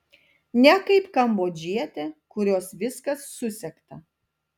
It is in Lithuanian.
ne kaip kambodžietė kurios viskas susegta